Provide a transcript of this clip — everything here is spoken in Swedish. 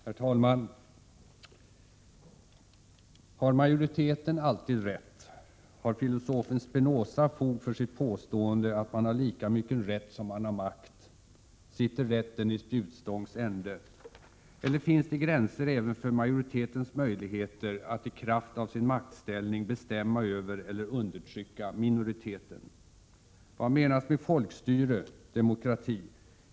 Herr talman! Har majoriteten alltid rätt? Har filosofen Spinoza fog för sitt påstående att man har lika mycket rätt som man har makt? Sitter rätten i spjutstångs ände? Eller finns det gränser även för majoritetens möjligheter att i kraft av sin maktställning bestämma över eller undertrycka minoriteten? Vad menas med folkstyre, demokrati?